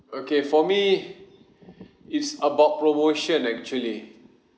okay for me it's about promotion actually